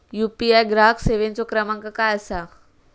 UPI ग्राहक सेवेचो क्रमांक काय असा?